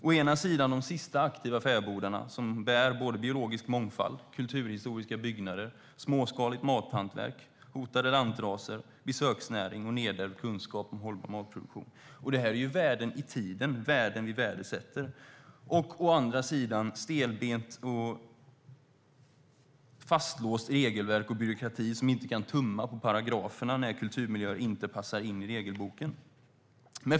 Å ena sidan är det de sista aktiva fäbodarna som bär biologisk mångfald, kulturhistoriska byggnader, småskaligt mathantverk, hotade lantraser, besöksnäring och nedärvd kunskap om hållbar matproduktion. Det är värden i tiden och värden vi värdesätter. Å andra sidan är det stelbent och fastlåst regelverk och byråkrati som inte kan tumma på paragraferna när kulturmiljöer inte passar in i regelboken.